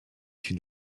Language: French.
une